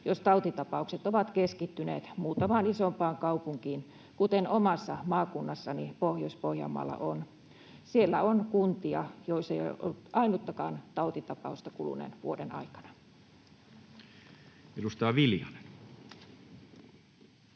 jos tautitapaukset ovat keskittyneet muutamaan isompaan kaupunkiin, kuten omassa maakunnassani Pohjois-Pohjanmaalla on. Siellä on kuntia, joissa ei ole ollut ainuttakaan tautitapausta kuluneen vuoden aikana. Edustaja